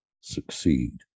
succeed